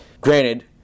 Granted